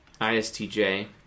ISTJ